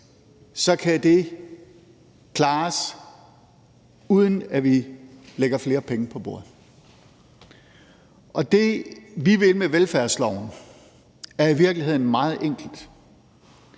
så kan det klares, uden at vi lægger flere penge på bordet. Og det, vi vil med velfærdsloven, er i virkeligheden meget enkelt.